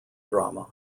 drama